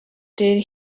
did